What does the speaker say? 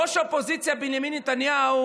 ראש האופוזיציה בנימין נתניהו